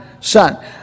son